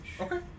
Okay